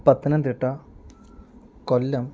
Pathanamthitta Kollam